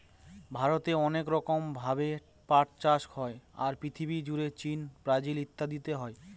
ভারতে অনেক রকম ভাবে পাট চাষ হয়, আর পৃথিবী জুড়ে চীন, ব্রাজিল ইত্যাদিতে হয়